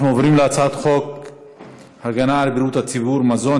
אנחנו עוברים להצעת חוק הגנה על בריאות הציבור (מזון)